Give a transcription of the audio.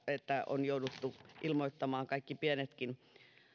että on jouduttu ilmoittamaan kaikki pienetkin